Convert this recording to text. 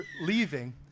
leaving